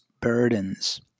burdens